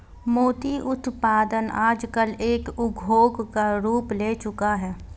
मोती उत्पादन आजकल एक उद्योग का रूप ले चूका है